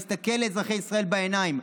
להסתכל לאזרחי ישראל בעיניים.